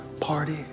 party